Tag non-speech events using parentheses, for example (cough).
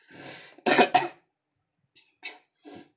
(coughs)